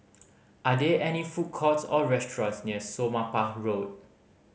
are there any food courts or restaurants near Somapah Road